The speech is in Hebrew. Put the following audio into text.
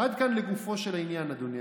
עד כאן לגופו של העניין, אדוני.